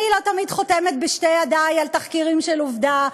אני לא תמיד חותמת בשתי ידי על תחקירים של "עובדה",